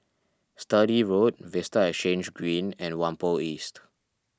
Sturdee Road Vista Exhange Green and Whampoa East